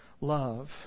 love